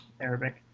Arabic